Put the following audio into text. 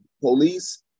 police